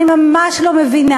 אני ממש לא מבינה.